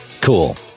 Cool